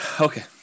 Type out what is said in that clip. Okay